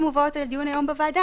שמובאות לדיון היום בוועדה,